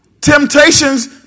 temptations